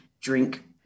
drink